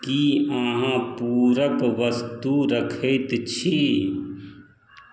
की अहाँ पूरक वस्तु रखैत छी